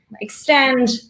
extend